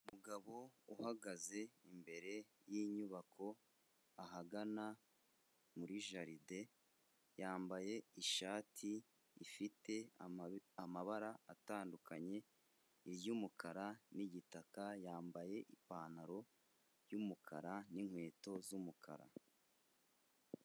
Umugabo uhagaze imbere y'inyubako ahagana muri jaride, yambaye ishati ifite amabara atandukanye y'umukara n'igitaka, yambaye ipantaro y'umukara n'inkweto z'umukara.